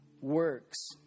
works